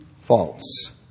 False